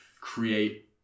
create